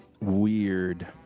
Weird